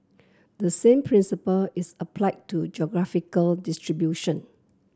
the same principle is applied to geographical distribution